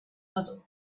was